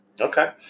Okay